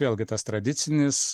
vėlgi tas tradicinis